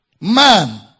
man